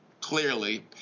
clearly